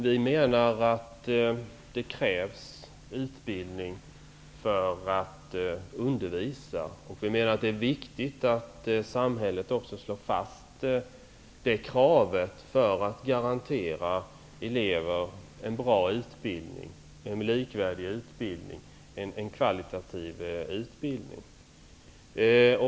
Vi menar att det krävs utbildning för att undervisa, och vi anser att det är viktigt att samhället också slår fast det kravet för att garantera elever en bra, likvärdig och högkvalitativ utbildning.